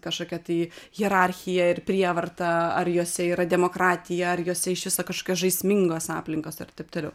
kažkokia tai hierarchija ir prievarta ar jose yra demokratija ar jose iš viso kažkokios žaismingos aplinkos ir taip toliau